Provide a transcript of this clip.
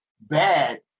bad